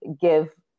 give